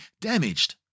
damaged